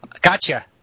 Gotcha